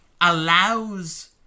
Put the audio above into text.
allows